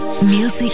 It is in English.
Music